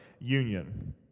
union